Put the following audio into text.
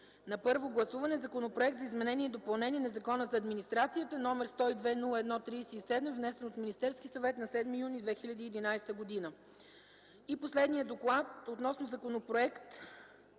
на първо гласуване Законопроект за изменение и допълнение на Закона за администрацията, № 102-01-37, внесен от Министерския съвет на 7 юни 2011 г.” И последният „ДОКЛАД относно Законопроект